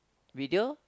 video